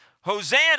Hosanna